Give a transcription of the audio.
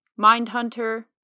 Mindhunter